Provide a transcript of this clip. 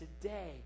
today